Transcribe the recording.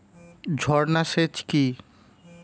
ঝর্না সেচ কি?